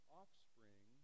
offspring